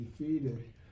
defeated